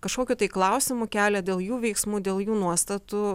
kažkokių tai klausimų kelia dėl jų veiksmų dėl jų nuostatų